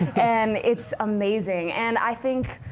and it's amazing. and i think